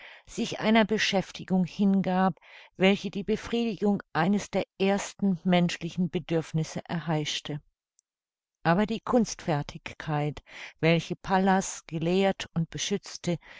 sich einer beschäftigung hingab welche die befriedigung eines der ersten menschlichen bedürfnisse erheischte aber die kunstfertigkeit welche pallas gelehrt und beschützte